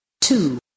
two